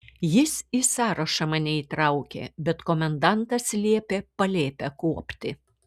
jis į sąrašą mane įtraukė bet komendantas liepė palėpę kuopti